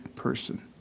Person